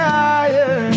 higher